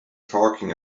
talking